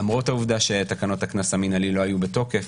למרות העובדה שתקנות הקנס המינהלי לא היו בתוקף,